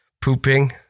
pooping